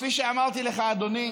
כפי שאמרתי לך, אדוני,